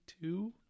two